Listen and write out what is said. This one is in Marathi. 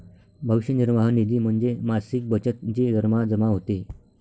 भविष्य निर्वाह निधी म्हणजे मासिक बचत जी दरमहा जमा होते